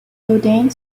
bodine